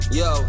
yo